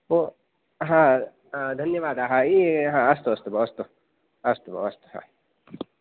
ओ हा धन्यवादाः यदि अस्तु अस्तु अस्तु भो अस्तु भो अस्तु हा